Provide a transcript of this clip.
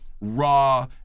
raw